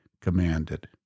commanded